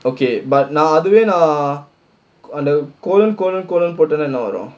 okay but நான் அதுவே நான்:naan adhuvae naan on the colon colon colon போட்டேனா என்ன வரும்:pottaenaa enna varum